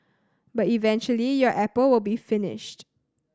but eventually your apple will be finished